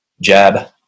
jab